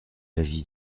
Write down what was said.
l’avis